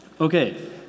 Okay